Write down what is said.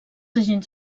agents